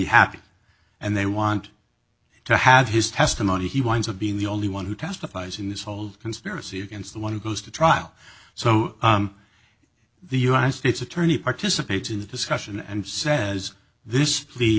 happy and they want to have his testimony he winds up being the only one who testifies in this whole conspiracy against the one who goes to trial so the united states attorney participates in the discussion and says this